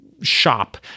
shop